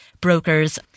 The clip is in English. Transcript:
brokers